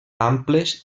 amples